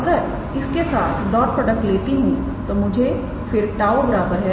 तोअगर मैं इसके साथ डॉट प्रोडक्ट लेता हूं तो मुझे फिर 𝜁 𝑟̇×𝑟̈𝑟⃛